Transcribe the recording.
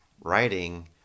writing